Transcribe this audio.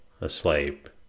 asleep